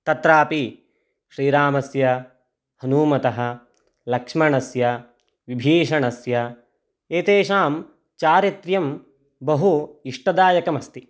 तत्रापि श्रीरामस्य हनुमतः लक्ष्मणस्य विभीषणस्य एतेषां चारित्र्यं बहु इष्टदायकमस्ति